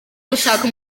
gushaka